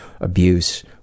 abuse